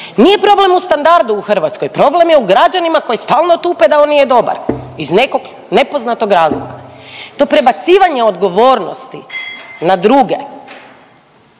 Nije problem u standardu u Hrvatskoj, problem je u građanima koji stalno tupe da on nije dobar iz nekog nepoznatog razloga. To prebacivanje odgovornosti na druge